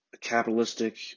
capitalistic